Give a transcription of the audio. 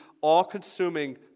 all-consuming